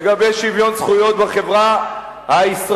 לגבי שוויון זכויות בחברה הישראלית,